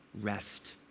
rest